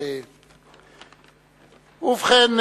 ובכן,